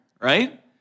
right